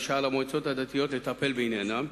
על המועצות הדתיות לטפל בעניינם.